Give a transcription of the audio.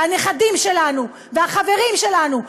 הנכדים שלנו והחברים שלנו,